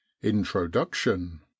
introduction